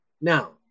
Now